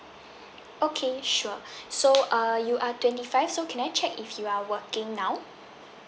okay sure so err you are twenty five so can I check if you are working now